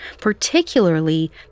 particularly